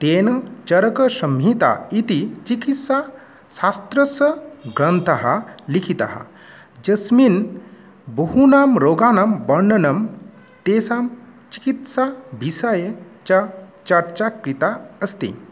तेन चरकसंहिता इति चिकित्सा शास्त्रस्य ग्रन्थः लिखितः यस्मिन् बहूनां रोगानां वर्णनं तेषां चिकित्सा विषये च चर्चा कृता अस्ति